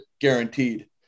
guaranteed